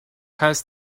heißt